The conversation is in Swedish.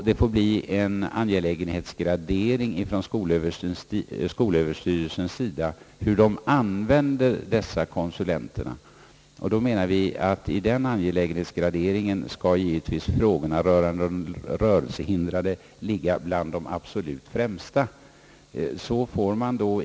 Det får bli en angelägenhetsgradering från skolöverstyrelsens sida beträffande användningen av dessa konsulenter, och vi anser att frågorna om de rörelsehindrade givetvis bör ligga bland de absolut främsta i den graderingen.